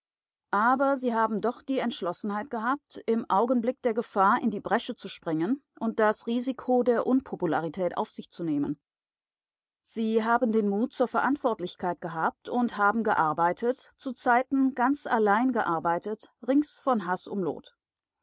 aber sie haben doch die entschlossenheit gehabt im augenblick der gefahr in die bresche zu springen und das risiko der unpopularität auf sich zu nehmen sie haben den mut zur verantwortlichkeit gehabt und haben gearbeitet zu zeiten ganz allein gearbeitet rings von haß umloht